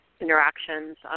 interactions